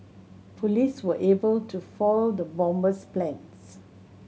police were able to foil the bomber's plans